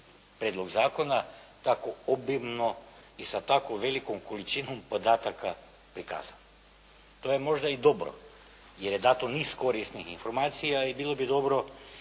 prijedlog zakona tako oblino i sa tako velikom količinom podataka prikazana. To je možda i dobro jer je dato niz korisnih informacija i bilo bi dobro